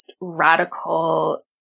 radical